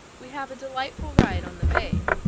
we have a delightful ride on the bay,